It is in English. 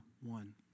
one